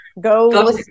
go